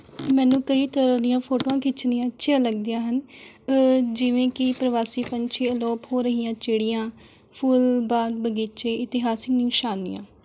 ਮੈਨੂੰ ਕਈ ਤਰ੍ਹਾਂ ਦੀਆਂ ਫੋਟੋਆਂ ਖਿੱਚਣੀਆਂ ਅੱਛੀਆਂ ਲੱਗਦੀਆਂ ਹਨ ਜਿਵੇਂ ਕਿ ਪ੍ਰਵਾਸੀ ਪੰਛੀ ਅਲੋਪ ਹੋ ਰਹੀਆਂ ਚਿੜੀਆਂ ਫੁੱਲ ਬਾਗ ਬਗੀਚੇ ਇਤਿਹਾਸਿਕ ਨਿਸ਼ਾਨੀਆਂ